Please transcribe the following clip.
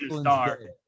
start